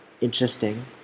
interesting